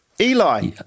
Eli